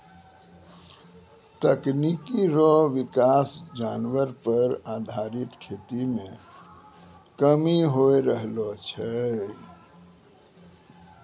तकनीकी रो विकास जानवर पर आधारित खेती मे कमी होय रहलो छै